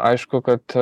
aišku kad